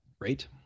Great